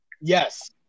Yes